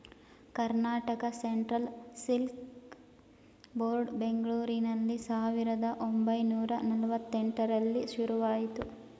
Karnataka central silk board ಬೆಂಗಳೂರಿನಲ್ಲಿ ಸಾವಿರದ ಒಂಬೈನೂರ ನಲ್ವಾತ್ತೆಂಟರಲ್ಲಿ ಶುರುವಾಯಿತು